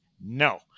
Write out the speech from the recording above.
no